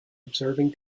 observing